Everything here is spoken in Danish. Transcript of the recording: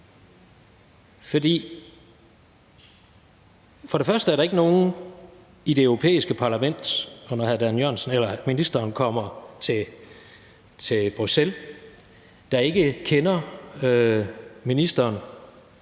for det første er der ikke nogen i det europæiske parlament, der, når ministeren kommer til Bruxelles, ikke kender ministeren